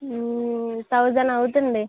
thousand అవుతుంది